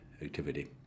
activity